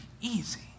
easy